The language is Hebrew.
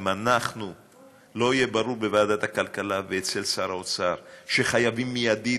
אם לא יהיה ברור בוועדת הכלכלה ואצל שר האוצר שחייבים מיידית,